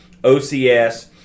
OCS